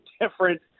different